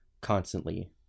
constantly